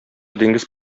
диңгез